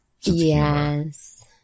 Yes